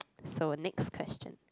so next question